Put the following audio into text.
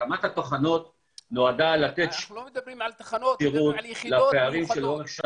כך שלא ניתן להגיד שלא נעשה,